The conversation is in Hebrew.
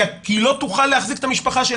כי היא לא תוכל להחזיק את המשפחה.